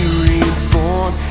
reborn